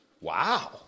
Wow